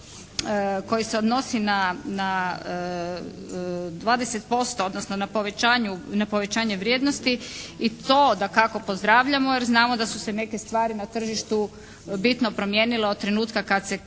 koji se odnosi na 20%, odnosno na povećanje vrijednosti i to dakako pozdravljamo jer znamo da su se neke stvari na tržištu bitno promijenile od trenutka kad se